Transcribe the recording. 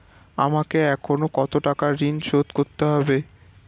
আমাকে এখনো কত টাকা ঋণ শোধ করতে হবে?